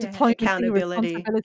accountability